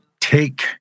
take